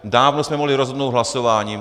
Dávno jsme mohli rozhodnout hlasováním.